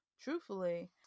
truthfully